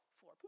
four